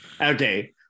okay